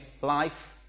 life